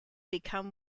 become